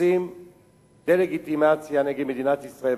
עושים דה-לגיטימציה למדינת ישראל,